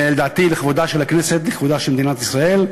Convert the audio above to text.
לדעתי, לכבודה של הכנסת, לכבודה של מדינת ישראל.